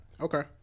Okay